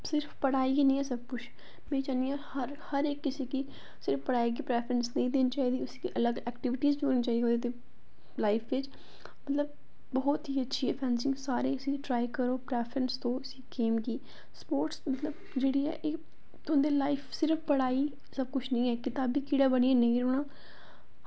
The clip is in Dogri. सिर्फ पढ़ाई गै निं सब कुछ में चाह्न्नी आं कि हर इक सिटी च असें पढ़ाई गी इन्नी प्रैफ्रेंस नेईं देनी चाहिदी ते अलग एक्टीविटी देनी चाहिदी मतलब लाईफ बिच मतलब बहुत ई अच्छी ऐ फैंसिंग सारे उसी ट्राई करो प्रैफ्रेंस देओ उस गेम गी स्पोटर्स मतलब जेह्ड़ी ऐ तुंदी लाईफ च सिर्फ पढ़ाई सब कुछ निं ऐ किताबी कीड़ा बनियै नेईं रौह्ना आं